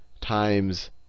times